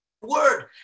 word